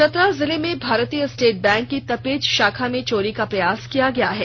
चतरा जिले में भारतीय स्टेट बैंक की तपेज शाखा में चोरी का प्रयास किया गया है